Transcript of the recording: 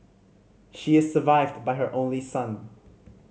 she is survived by her only son